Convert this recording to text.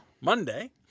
Monday